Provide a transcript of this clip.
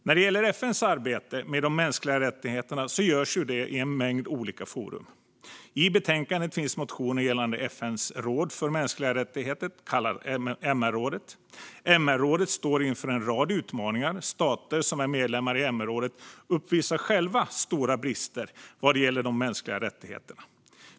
När det gäller FN:s arbete med de mänskliga rättigheterna görs detta i en mängd olika forum. I betänkandet finns motioner gällande FN:s råd för mänskliga rättigheter, det så kallade MR-rådet. MR-rådet står inför en rad utmaningar, och stater som är medlemmar i MR-rådet uppvisar själva stora brister vad gäller de mänskliga rättigheterna.